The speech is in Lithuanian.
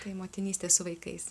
tai motinystė su vaikais